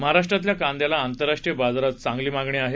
महाराष्ट्रातल्या कांद्याला आंतरराष्ट्रीय बाजारात चांगली मागणी आहे